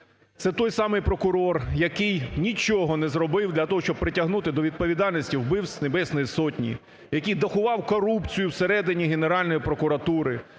Це той самий прокурор, який нічого не зробив для того, щоб притягнути до відповідальності вбивць Небесної сотні, який дахував корупцію всередині Генеральної прокуратуру,